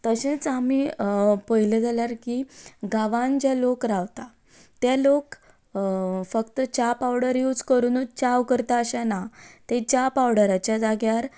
तशेंच आमी पळयलें जाल्यार की गांवांत जे लोक रावतात ते लोक फक्त च्या पावडर यूज करुनूच च्या करता अशें ना ते च्या पावडराच्या जाग्यार